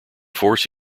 force